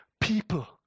people